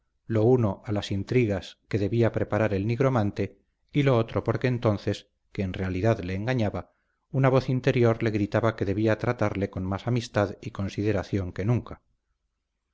lo uno a las intrigas que debía preparar el nigromante y lo otro porque entonces que en realidad le engañaba una voz interior le gritaba que debía tratarle con más amistad y consideración que nunca